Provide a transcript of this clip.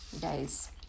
guys